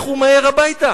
לכו מהר הביתה.